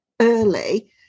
early